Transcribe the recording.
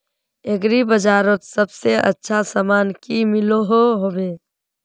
Agri बजारोत सबसे अच्छा सामान की मिलोहो होबे?